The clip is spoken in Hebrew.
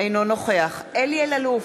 אינו נוכח אלי אלאלוף,